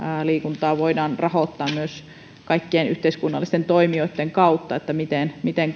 liikuntaa voidaan rahoittaa myös kaikkien yhteiskunnallisten toimijoitten kautta miten miten